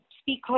speak